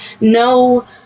no